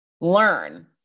learn